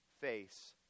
face